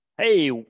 Hey